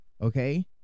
okay